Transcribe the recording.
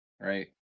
right